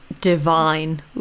divine